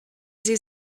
sie